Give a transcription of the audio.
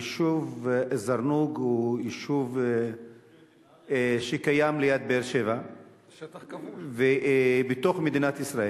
היישוב זרנוג הוא יישוב שקיים ליד באר-שבע ובתוך מדינת ישראל.